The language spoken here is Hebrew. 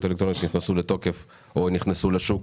האלקטרוניות נכנסו לתוקף או נכנסו לשוק,